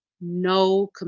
no